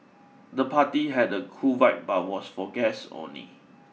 the party had a cool vibe but was for guests only